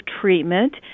treatment